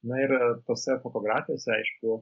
na ir tose fotografijose aišku